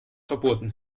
verboten